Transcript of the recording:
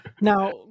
now